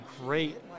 great